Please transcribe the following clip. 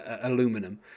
aluminum